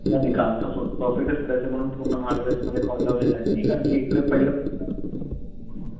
नाही नाही काम तसं परफेक्टच करायचं आहे म्हणून पूनम हार्डवेअर्समध्ये कॉल लावलेला आहे मी कारण की इकडं पहिलं पण सुद्धा